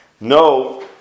No